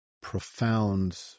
profound